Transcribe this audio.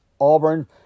Auburn